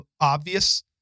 obvious